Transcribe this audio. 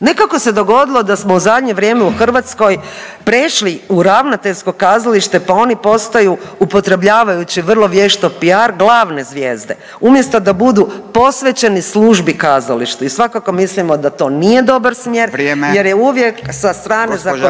Nekako se dogodilo da smo u zadnje vrijeme u Hrvatskoj prešli u ravnateljsko kazalište pa oni postaju upotrebljavajući vrlo vješto piar glavne zvijezde umjesto da budu posvećeni službi kazališta i svakako mislimo da to nije dobar smjer … **Radin, Furio